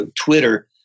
Twitter